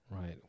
Right